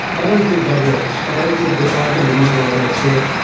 i don't think that works. i don't think we are going to muddle our way through it.